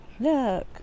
Look